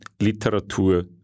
Literatur